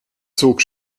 zog